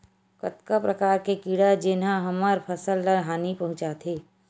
कतका प्रकार के कीड़ा जेन ह हमर फसल ल हानि पहुंचाथे?